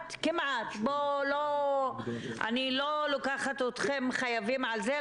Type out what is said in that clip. כמעט אני לא לוקחת אתכם חייבים על זה,